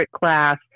class